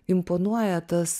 imponuoja tas